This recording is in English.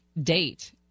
date